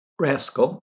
Rascal